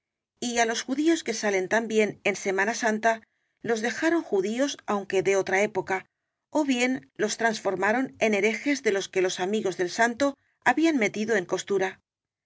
y á los judíos que salen tam bién en semana santa los dejaron judíos aunque de otra época ó bien los transformaron en herejes de los que los amigos del santo habían metido en costura